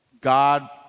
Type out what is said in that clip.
God